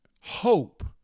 hope